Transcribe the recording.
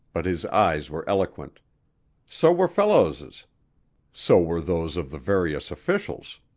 but his eyes were eloquent so were fellows's so were those of the various officials.